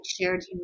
shared